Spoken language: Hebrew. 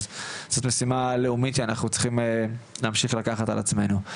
אז זאת משימה לאומית שאנחנו צריכים להמשיך לקחת על עצמנו.